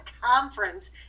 Conference